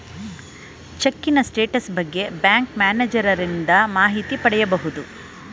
ಚಿಕ್ಕಿನ status ಬಗ್ಗೆ bank ಮ್ಯಾನೇಜರನಿಂದ ಮಾಹಿತಿ ಪಡಿಬೋದು